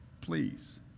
Please